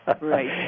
right